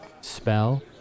spell